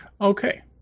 Okay